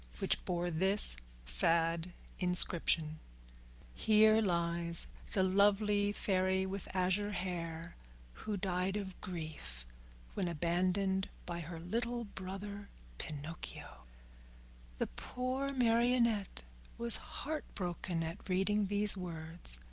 which bore this sad inscription here lies the lovely fairy with azure hair who died of grief when abandoned by her little brother pinocchio the poor marionette was heartbroken at reading these words.